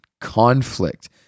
conflict